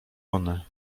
one